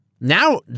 Now